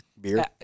Beer